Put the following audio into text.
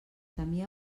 temia